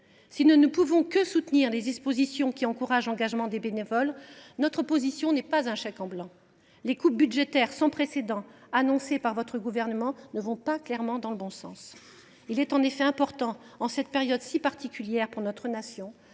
Si nous ne pouvons que soutenir les dispositions qui encouragent l’engagement des bénévoles, notre position n’est pas un chèque en blanc. Les coupes budgétaires sans précédent annoncées par votre gouvernement ne vont clairement pas dans le bon sens, madame la ministre. Il est en effet important, en cette période si particulière pour notre nation,